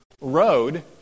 road